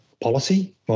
policy